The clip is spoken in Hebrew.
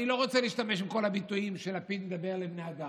אני לא רוצה להשתמש בכל הביטויים שלפיד אומר על בני אדם,